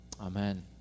Amen